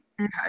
Okay